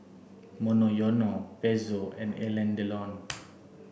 Monoyono Pezzo and Alain Delon